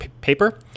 paper